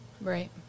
right